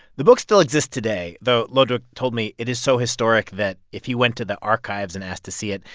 the book still exists today, though ludwijk told me it is so historic that if you went to the archives and asked to see it,